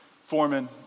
foreman